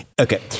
Okay